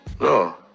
No